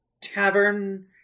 tavern